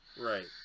Right